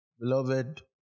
Beloved